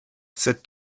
cet